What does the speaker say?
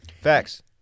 Facts